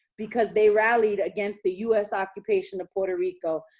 because they rallied against the u s. occupation of puerto rico?